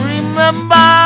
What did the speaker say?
Remember